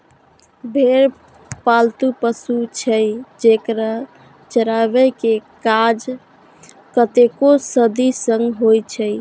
भेड़ पालतु पशु छियै, जेकरा चराबै के काज कतेको सदी सं होइ छै